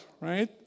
right